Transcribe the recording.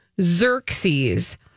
Xerxes